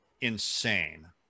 insane